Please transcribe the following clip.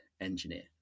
engineer